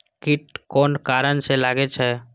कीट कोन कारण से लागे छै?